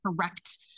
correct